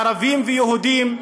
ערבים ויהודים,